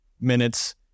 minutes